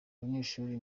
abanyeshuri